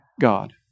God